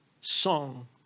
song